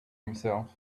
himself